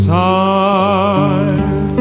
time